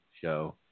show